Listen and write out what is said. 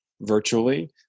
virtually